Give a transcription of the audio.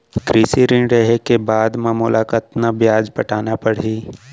कृषि ऋण लेहे के बाद म मोला कतना ब्याज पटाना पड़ही?